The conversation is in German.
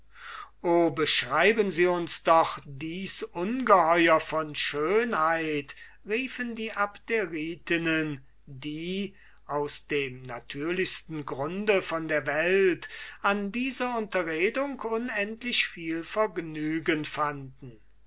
beschreiben sie uns doch dies ungeheuer von schönheit riefen die abderitinnen die aus dem natürlichsten grunde von der welt an dieser unterredung unendlich viel vergnügen fanden